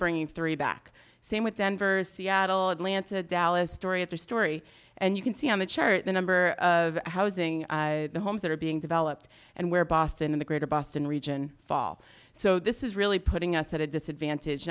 bringing three back same with denver seattle atlanta dallas story after story and you can see on the chart the number of housing the homes that are being developed and where boston the greater boston region fall so this is really putting us at a disadvantage